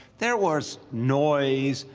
there was noise,